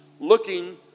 Looking